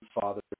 father